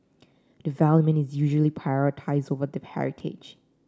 development is usually prioritised over the heritage